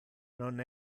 non